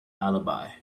alibi